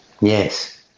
Yes